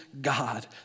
God